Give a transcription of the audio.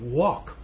walk